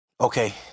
okay